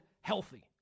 healthy